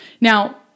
Now